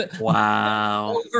Wow